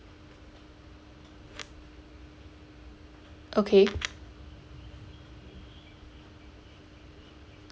okay